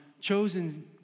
chosen